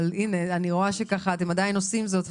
ואני רואה שאתם עדיין עושים זאת,